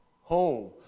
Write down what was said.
home